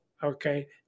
Okay